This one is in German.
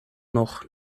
noch